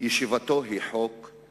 ישיבתו היא חוק/